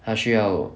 他需要